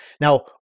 Now